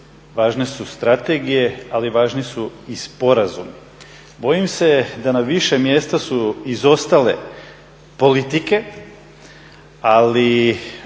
važne su strategije ali važni su i sporazumi. Bojim se da na više mjesta su izostale politike, ali